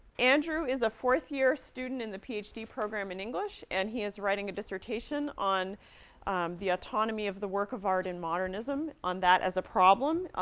andrew is a fourth-year student in the ph d. program in english, and he is writing a dissertation on the autonomy of the work of art in modernism on that as a problem,